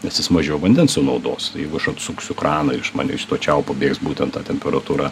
nes jis mažiau vandens sunaudos tai jeigu aš atsuksiu kraną ir iš man iš to čiaupo bėgs būtent ta temperatūra